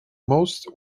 most